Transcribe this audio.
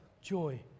joy